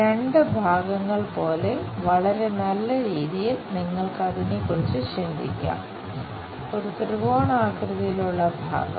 രണ്ട് ഭാഗങ്ങൾ പോലെ വളരെ നല്ല രീതിയിൽ നിങ്ങൾക്ക് അതിനെ കുറിച്ച് ചിന്തിക്കാം ഒരു ത്രികോണാകൃതിയിലുള്ള ഭാഗം